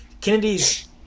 Kennedy's